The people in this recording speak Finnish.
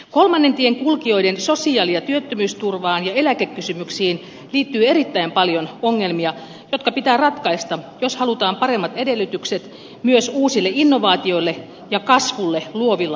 kolmannen tien kulkijoiden sosiaali ja työttömyysturvaan ja eläkekysymyksiin liittyy erittäin paljon ongelmia jotka pitää ratkaista jos halutaan paremmat edellytykset myös uusille innovaatioille ja kasvulle nimenomaan luovilla aloilla